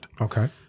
okay